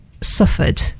suffered